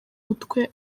utwe